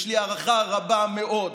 יש לי הערכה רבה מאוד,